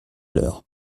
l’heure